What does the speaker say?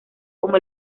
como